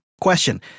question